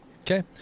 Okay